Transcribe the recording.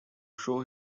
show